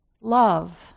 love